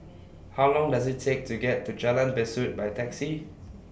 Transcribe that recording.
How Long Does IT Take to get to Jalan Besut By Taxi